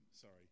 Sorry